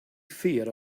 fear